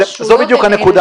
זו בדיוק הנקודה.